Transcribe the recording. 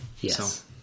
Yes